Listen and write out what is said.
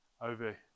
over